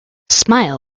smile